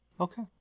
Okay